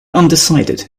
undecided